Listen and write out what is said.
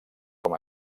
com